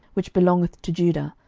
which belongeth to judah,